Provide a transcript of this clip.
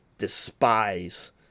despise